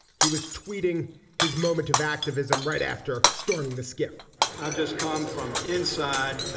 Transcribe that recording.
he was tweeting his moment of activism right after storming the skiff. i've just come from inside